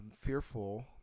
fearful